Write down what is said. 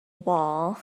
wall